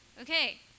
Okay